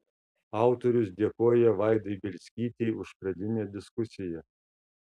autorius dėkoja vaidai bielskytei už pradinę diskusiją